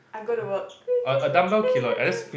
I go to work